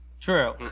True